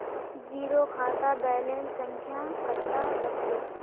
Zero खाता balance संख्या कतला लगते?